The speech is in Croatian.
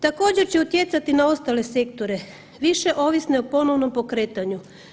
Također će utjecati na ostale sektore više ovisne o ponovnom pokretanju.